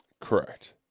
Correct